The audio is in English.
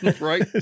Right